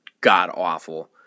god-awful